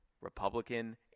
republican